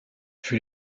fut